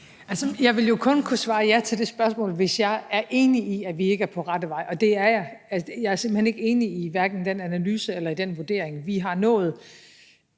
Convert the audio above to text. Jeg ville jo kun kunne svare ja til det spørgsmål, hvis jeg var enig i, at vi ikke er på rette vej, og jeg er simpelt hen ikke enig i hverken den analyse eller den vurdering. Vi har i